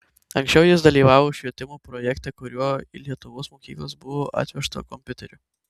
anksčiau jis dalyvavo švietimo projekte kuriuo į lietuvos mokyklas buvo atvežta kompiuterių